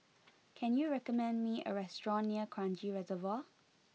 can you recommend me a restaurant near Kranji Reservoir